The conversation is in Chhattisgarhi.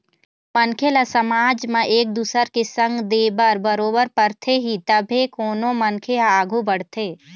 मनखे ल समाज म एक दुसर के संग दे बर बरोबर परथे ही तभे कोनो मनखे ह आघू बढ़थे